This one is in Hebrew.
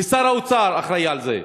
ושר האוצר אחראי לזה.